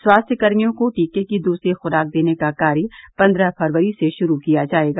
स्वास्थ्यकर्मियों को टीके की दूसरी ख्राक देने का कार्य पन्द्रह फरवरी से शुरू किया जाएगा